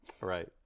right